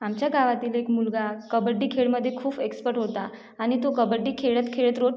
आमच्या गावातील एक मुलगा कबड्डी खेळामध्ये खूप एक्सपर्ट होता आणि तो कबड्डी खेळत खेळत रोज